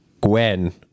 Gwen